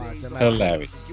Hilarious